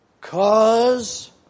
cause